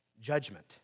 judgment